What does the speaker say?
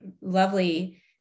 Lovely